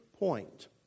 point